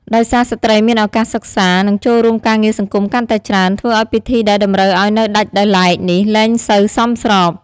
ដោយសារ ស្ត្រីមានឱកាសសិក្សា និងចូលរួមការងារសង្គមកាន់តែច្រើន ធ្វើឱ្យពិធីដែលតម្រូវឱ្យនៅដាច់ដោយឡែកនេះលែងសូវសមស្រប។